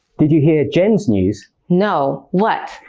did you hear jen's news? no, what?